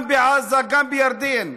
גם בעזה וגם בירדן?